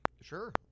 Sure